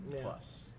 plus